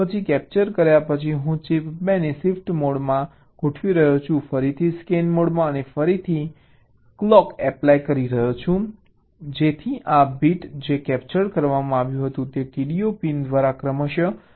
પછી કેપ્ચર કર્યા પછી હું ચિપ 2 ને શિફ્ટ મોડમાં ગોઠવી રહ્યો છું ફરીથી સ્કેન મોડમાં અને ફરીથી કલોક એપ્લાય કરી રહ્યો છું જેથી આ બીટ જે કેપ્ચર કરવામાં આવ્યું હતું તે TDO પિન દ્વારા ક્રમશઃ બહાર ખસેડવામાં આવશે